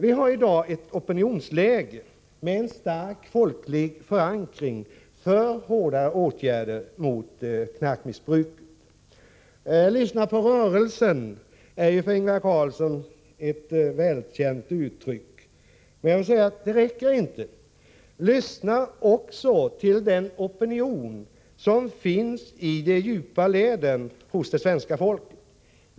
Vi har i dag ett opinionsläge med en starkt folklig förankring för hårdare åtgärder mot knarkmissbruket. ”Lyssna på rörelsen” är ett för Ingvar Carlsson välkänt uttryck. Men det räcker inte. Lyssna också till den opinion som finns i de djupa leden hos svenska folket.